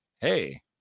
Hey